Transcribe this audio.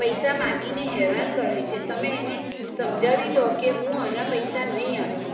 પૈસા માંગીને હેરાન કરે છે તમે એને સમજાવીદો કે હું આના પૈસા નહીં આપું